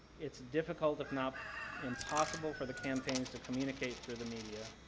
it's difficult, if not impossible for the campaigns to communicate through the media.